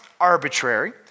arbitrary